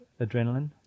adrenaline